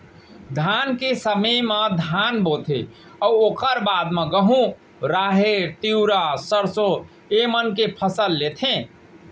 धान के समे म धान बोथें अउ ओकर बाद म गहूँ, राहेर, तिंवरा, सरसों ए मन के फसल लेथें